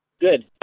Good